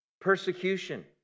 Persecution